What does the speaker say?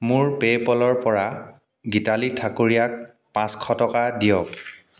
মোৰ পে'পলৰ পৰা গীতালি ঠাকুৰীয়াক পাঁচশ টকা দিয়ক